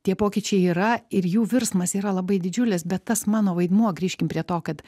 tie pokyčiai yra ir jų virsmas yra labai didžiulis bet tas mano vaidmuo grįžkim prie to kad